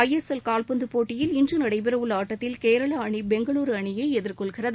ஐ S L கால்பந்தபோட்டியில் இன்றுநடைபெறவுள்ளஆட்டத்தில் கேரளாஅணி பெங்களுரூ அணியைஎதிர்கொள்கிறது